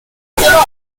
boca